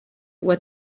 what